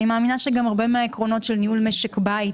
אני מאמינה שהרבה מהעקרונות של ניהול משק בית